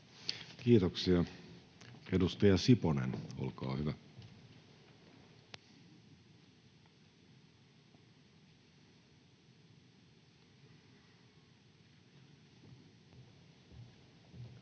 Kiitoksia. — Edustaja Siponen, olkaa hyvä. [Speech